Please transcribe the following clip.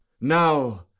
Now